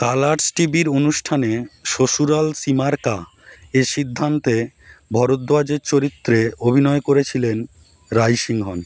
colours টিভির অনুষ্ঠানে সসুরাল সিমর কা এ সিদ্ধান্ত ভরদ্বাজের চরিত্রে অভিনয় করেছিলেন রাইসিংহন